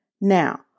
Now